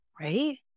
right